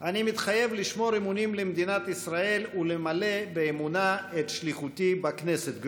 האמונים ואתם תגידו, לאחר שמזכירת הכנסת תקרא